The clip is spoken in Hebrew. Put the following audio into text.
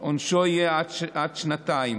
עונשו יהיה עד שנתיים.